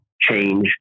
change